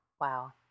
wow